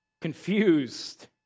confused